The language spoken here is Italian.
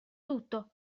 tutto